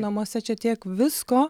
namuose čia tiek visko